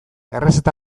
errezeta